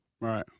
right